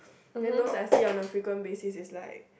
then those I see on the frequent basis is like